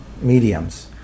mediums